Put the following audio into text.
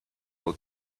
will